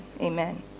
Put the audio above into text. amen